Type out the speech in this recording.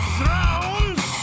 Thrones